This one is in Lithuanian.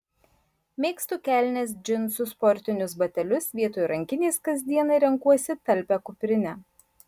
mėgstu kelnes džinsus sportinius batelius vietoj rankinės kasdienai renkuosi talpią kuprinę